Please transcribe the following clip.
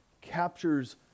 captures